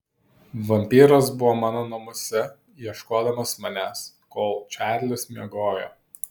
vampyras buvo mano namuose ieškodamas manęs kol čarlis miegojo